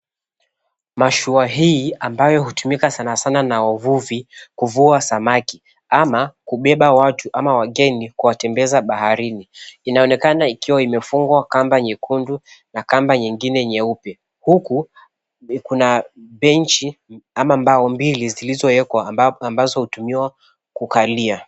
Mashua hii ambayo inatumika sana sana na wavuvi kuvua samaki ama kubeba watu ama wageni kutembeza baharini. Inaonekana ikiwa imefungwa na kamba nyekundu na kamba ingine nyeupe huku kuna benchi ama mbao mbili zilizowekwa kuweza kukalia